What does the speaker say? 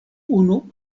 unu